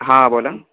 हां बोला